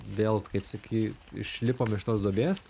vėl kaip saky išlipom iš tos duobės